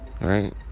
right